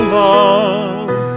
love